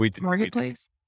Marketplace